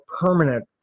permanent